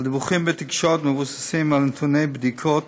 הדיווחים בתקשורת מבוססים על נתוני בדיקות